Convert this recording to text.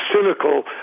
cynical